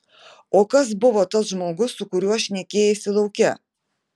o kas buvo tas žmogus su kuriuo šnekėjaisi lauke